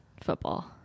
football